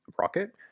rocket